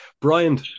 Brian